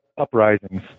uprisings